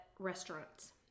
restaurants